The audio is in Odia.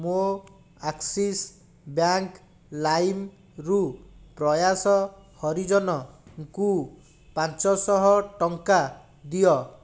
ମୋ ଆକ୍ସିସ୍ ବ୍ୟାଙ୍କ୍ ଲାଇମ୍ ରୁ ପ୍ରୟାସ ହରିଜନଙ୍କୁ ପାଞ୍ଚ ଶହ ଟଙ୍କା ଦିଅ